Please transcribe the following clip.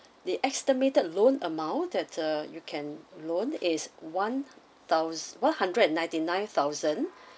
the estimated loan amount that a you can loan is one thous~ one hundred and ninety-nine thousand